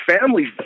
families